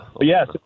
yes